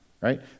Right